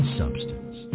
substance